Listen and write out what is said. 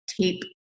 tape